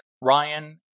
Ryan